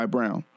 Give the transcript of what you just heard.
Brown